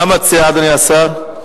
מה מציע, אדוני השר?